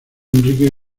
enrique